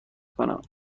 کنم